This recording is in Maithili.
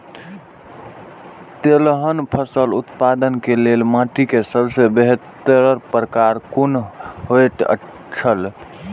तेलहन फसल उत्पादन के लेल माटी के सबसे बेहतर प्रकार कुन होएत छल?